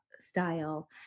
style